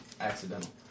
accidental